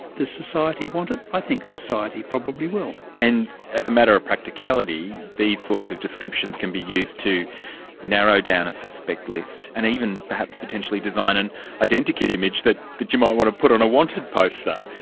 does society want it? i think society probably will. and as a matter of practicality, these sorts of descriptions can be used to narrow down a suspect list, and even perhaps potentially design an identikit image that that you might want to put on a wanted poster.